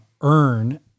earn